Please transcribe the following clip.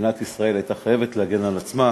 מדינת ישראל הייתה חייבת להגן על עצמה,